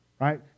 right